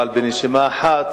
אבל בנשימה אחת